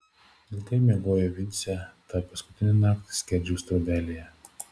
ilgai miegojo vincė tą paskutinę naktį skerdžiaus trobelėje